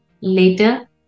later